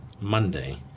Monday